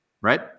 right